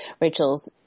Rachel's